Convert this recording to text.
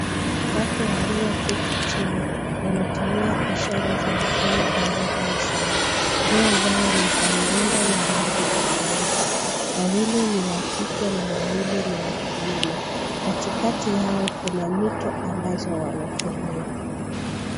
Watu walioketi chini wanatumia ishara za mikono ambazo ni sawa, nguo zao niza muundo na rangi tofauti. Wawili ni wakike na wawili ni wakiume, katikati yao kuna vitu ambazo wanatumia.